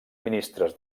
ministres